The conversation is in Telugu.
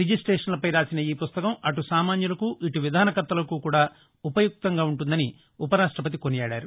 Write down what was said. రిజిస్టేషన్లపై రాసిన ఈ పుస్తకం అటు సామాన్యులకు ఇటు విధానకర్తలకు కూడా ఉపయుక్తంగా ఉంటుందని ఉపరాష్ట్రపతి కొనియాడారు